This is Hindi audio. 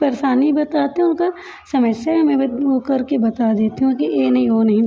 परेशानी बताते हैं उनका समस्या मैं वो करके बता देती हूँ कि ये नहीं ओ नहीं